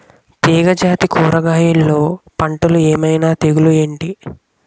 తీగ జాతి కూరగయల్లో పంటలు ఏమైన తెగులు ఏంటి?